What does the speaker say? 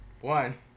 One